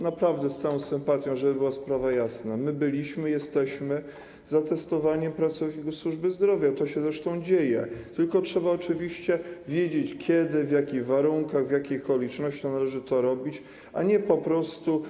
Naprawdę z całą sympatią, żeby sprawa była jasna, chcę powiedzieć, że my byliśmy i jesteśmy za testowaniem pracowników służby zdrowia - to się zresztą dzieje - tylko trzeba oczywiście wiedzieć kiedy, w jakich warunkach, w jakich okolicznościach należy to robić, a nie po prostu.